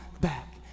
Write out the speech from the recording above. back